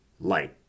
light